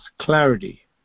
clarity